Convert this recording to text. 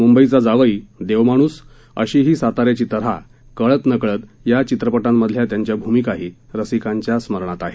मुंबईचा जावई देवमाणूस अशी ही सातार्याची तर्हा कळत नकळत या चित्रपटांमधल्या त्यांच्या भूमिकाही रसिकांच्या स्मरणात आहेत